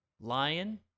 lion